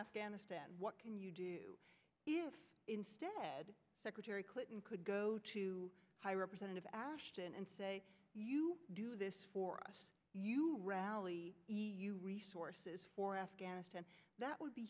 afghanistan what can you do instead secretary clinton could go to high representative ashton and say you do this for us you rally resources for afghanistan that will be